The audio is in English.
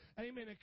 amen